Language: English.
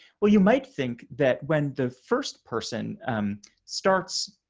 well, you might think that when the first person starts